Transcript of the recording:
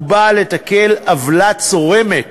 ובאה לתקן עוולה צורמת